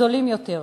זולים יותר.